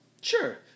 Sure